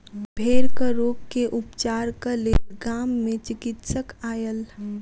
भेड़क रोग के उपचारक लेल गाम मे चिकित्सक आयल